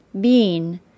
bean